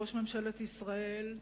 ראש ממשלת ישראל,